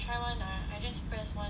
try one ah I just press one